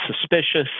suspicious